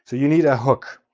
so you need a hook.